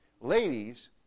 Ladies